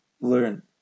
learn